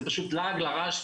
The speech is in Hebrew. זה פשוט לעג לרש.